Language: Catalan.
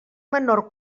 menor